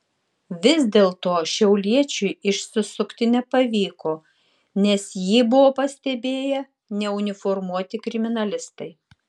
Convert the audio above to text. vis dėlto šiauliečiui išsisukti nepavyko nes jį buvo pastebėję neuniformuoti kriminalistai